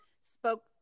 spoke